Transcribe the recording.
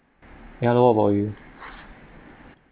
ya lor what about you